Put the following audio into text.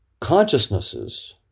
consciousnesses